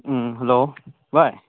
hello ꯚꯥꯏ